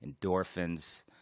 endorphins